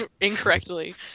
incorrectly